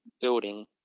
building